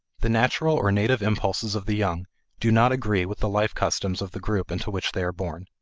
the natural or native impulses of the young do not agree with the life-customs of the group into which they are born.